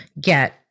get